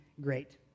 great